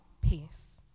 peace